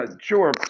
Sure